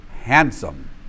handsome